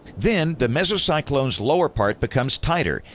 then, the mesocyclone's lower part becomes tighter,